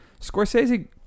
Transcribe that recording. Scorsese